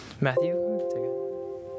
Matthew